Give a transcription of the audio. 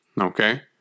Okay